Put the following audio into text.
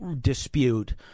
dispute